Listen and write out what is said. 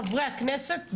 חברי הכנסת,